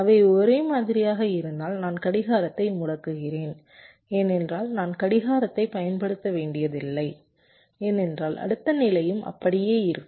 அவை ஒரே மாதிரியாக இருந்தால் நான் கடிகாரத்தை முடக்குகிறேன் ஏனென்றால் நான் கடிகாரத்தைப் பயன்படுத்த வேண்டியதில்லை ஏனென்றால் அடுத்த நிலையும் அப்படியே இருக்கும்